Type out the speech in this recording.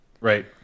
Right